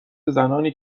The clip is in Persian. زنانی